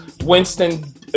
Winston